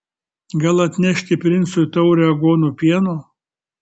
gal atnešti princui taurę aguonų pieno